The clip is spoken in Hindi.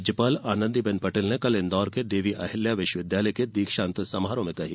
राज्यपाल आनंदीबेन पटेल ने कल इंदौर के देवी अहिल्या विश्वविद्यालय के दीक्षांत समारोह में यह बात कही